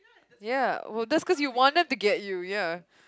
ya oh that's cause you want them to get you ya